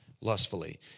Lustfully